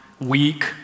weak